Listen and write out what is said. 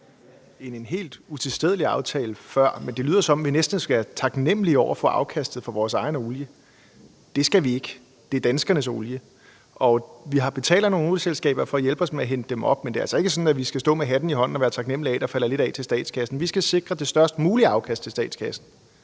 Det var en helt utilstedelig aftale før, men det lyder, som om vi næsten skal være taknemlige for afkastet af vores egen olie. Det skal vi ikke være, det er danskernes olie. Vi betaler nogle olieselskaber for at hjælpe os med at hente olien op, men det er altså ikke sådan, at vi skal stå med hatten i hånden og være taknemlige for, at der falder lidt af til statskassen. Vi skal sikre det størst mulige afkast til statskassen